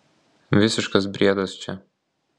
visiškas briedas čia